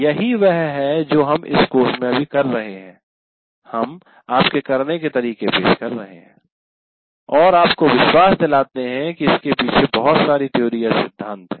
यही वह है जो हम इस कोर्स में अभी कर रहे हैं हम "आपके करने के तरीके" पेश कर रहे हैं और आपको विश्वास दिलाते हैं कि इसके पीछे बहुत सारी थ्योरीसिद्धांत है